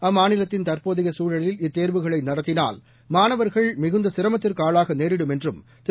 அம்மாநிலத்தின் தற்போதைய சூழலில் இத்தேர்வுகளை நடத்தினால் மாணவர்கள் மிகுந்த சிரமத்திற்கு ஆளாக நேரிடும் என்றும் திரு